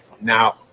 now